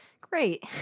Great